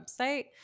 website